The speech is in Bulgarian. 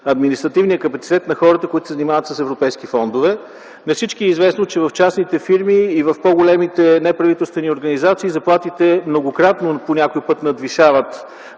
административният капацитет на хората, които се занимават с европейски фондове. На всички е известно, че в частните фирми и в по-големите неправителствени организации заплатите по някой път многократно надвишават